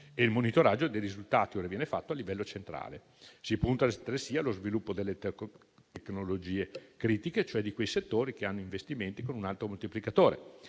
e il monitoraggio dei risultati ora viene fatto a livello centrale. Si punta altresì allo sviluppo delle tecnologie critiche, cioè di quei settori che hanno investimenti con un alto moltiplicatore,